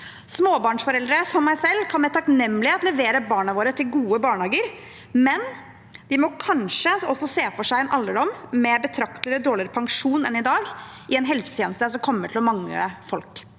Småbarnsforeldre, som meg selv, kan med takknemlighet levere barna våre til gode barnehager, men de må kanskje også se for seg en alderdom med betraktelig dårligere pensjon enn i dag, i en helsetjeneste som kommer til å mangle folk.